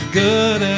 good